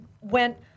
went